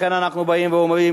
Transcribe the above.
לכן אנחנו אומרים,